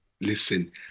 listen